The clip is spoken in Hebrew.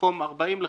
במקום 40 ל-50,